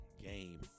game